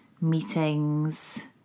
meetings